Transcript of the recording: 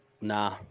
Nah